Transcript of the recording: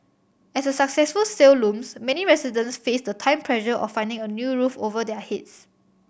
as a successful sale looms many residents face the time pressure of finding a new roof over their heads